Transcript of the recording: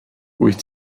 wyt